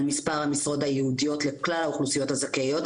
מספר המשרות הייעודיות לכלל האוכלוסיות הזכאיות,